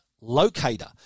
Locator